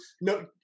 no